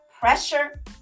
Pressure